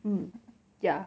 mm ya